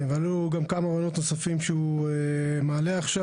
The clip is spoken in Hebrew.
היו גם כמה רעיונות נוספים שהוא מעלה עכשיו